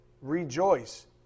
rejoice